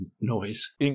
noise